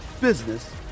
business